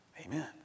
amen